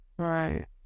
Right